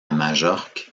majorque